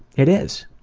it is.